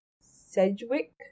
Sedgwick